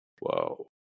whoa